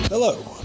Hello